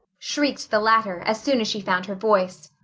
shrieked the latter, as soon as she found her voice.